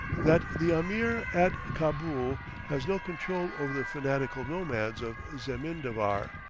that the ameer at cabool has no control over the fanatical nomads of zemindavar.